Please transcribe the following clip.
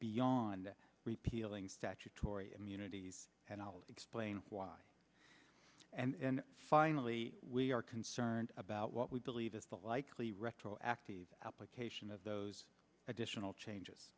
beyond repealing statutory immunities and i will explain why and finally we are concerned about what we believe is the likely retroactive application of those additional changes